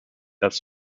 das